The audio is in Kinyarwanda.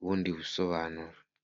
ubundi busobanuro.